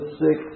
six